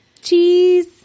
Cheese